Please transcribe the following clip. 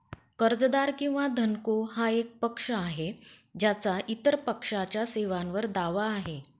कर्जदार किंवा धनको हा एक पक्ष आहे ज्याचा इतर पक्षाच्या सेवांवर दावा आहे